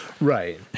right